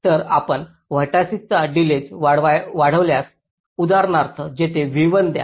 तर आपण व्हर्टिसिस चा डिलेज वाढवल्यास उदाहरणार्थ येथे V1 द्या